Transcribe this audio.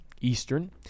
Eastern